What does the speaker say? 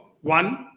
one